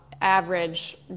average